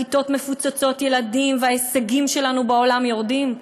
והכיתות מפוצצות ילדים וההישגים שלנו בעולם יורדים?